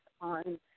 on